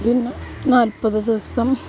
നാല്പത് ദിവസം